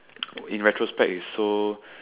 in retrospect it's so